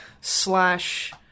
Slash